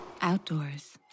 outdoors